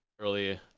early